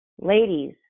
Ladies